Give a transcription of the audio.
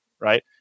right